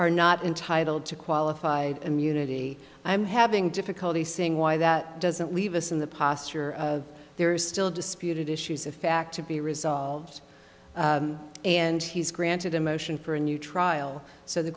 are not entitled to qualified immunity i'm having difficulty seeing why that doesn't leave us in the posture of there is still disputed issues of fact to be resolved and he's granted a motion for a new trial so the